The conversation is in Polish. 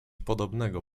podobnego